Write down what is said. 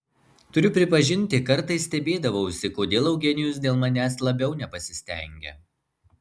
turiu pripažinti kartais stebėdavausi kodėl eugenijus dėl manęs labiau nepasistengia